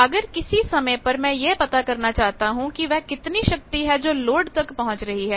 अगर किसी समय पर मैं यह पता करना चाहता हूं कि वह कितनी शक्ति है जो लोड तक पहुंच रही है